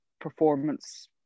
performance